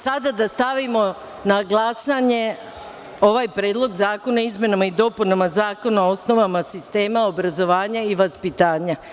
Stavljam na glasanje ovaj Predlog zakona o izmenama i dopunama Zakona o osnovama sistema obrazovanja i vaspitanja.